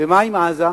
ומה עם עזה?